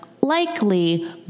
likely